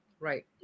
Right